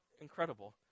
incredible